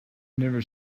never